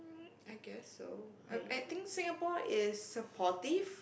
I guess so I think Singapore is supportive